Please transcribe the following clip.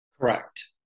Correct